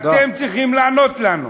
אתם צריכים לענות לנו.